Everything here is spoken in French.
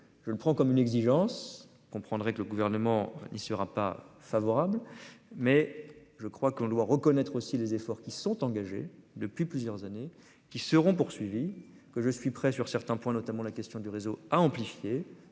je le prends comme une exigence. Prendrait que le gouvernement il sera pas favorable, mais je crois qu'on doit reconnaître aussi les efforts qui sont engagés depuis plusieurs années qui seront poursuivis que je suis prêt sur certains points, notamment la question du réseau à amplifier